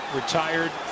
retired